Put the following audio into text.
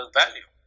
value